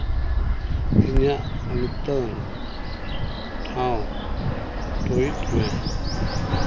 ᱤᱧᱟᱹᱜ ᱱᱤᱛᱟᱜ ᱴᱷᱟᱶ ᱴᱩᱭᱤᱴ ᱢᱮ